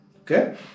Okay